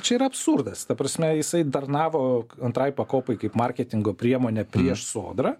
čia yra absurdas ta prasme jisai tarnavo antrai pakopai kaip marketingo priemonė prieš sodrą